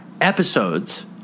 episodes